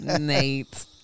Nate